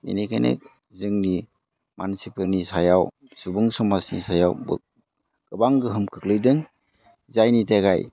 बिनिखायनो जोंनि मानसिफोरनि सायाव सुबुं समाजनि सायावबो गोबां गोहोम खोख्लैदों जायनि थाखाय